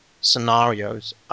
scenarios